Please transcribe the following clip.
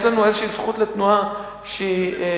יש לנו איזושהי זכות לתנועה שהיא,